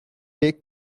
take